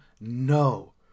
No